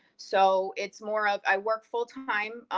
so, it's more of, i work full-time,